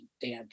Dan